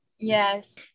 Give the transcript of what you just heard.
Yes